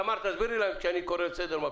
תמר, תסבירי להם מה קורה כשאני קורא לסדר.